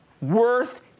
worth